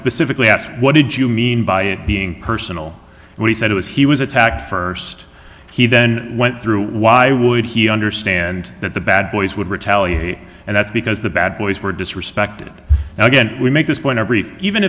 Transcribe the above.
specifically asked what did you mean by it being personal when he said it was he was attacked first he then went through why would he understand that the bad boys would retaliate and that's because the bad boys were disrespected and again we make this